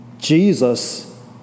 Jesus